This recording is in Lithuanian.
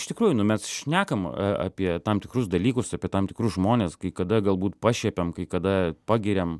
iš tikrųjų nu mes šnekam a apie tam tikrus dalykus apie tam tikrus žmones kai kada galbūt pašiepiam kai kada pagiriam